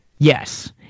Yes